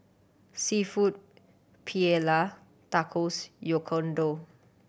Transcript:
Seafood Paella Tacos Oyakodon